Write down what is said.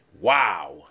Wow